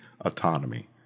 autonomy